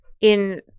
in-